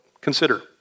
consider